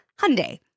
Hyundai